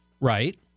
Right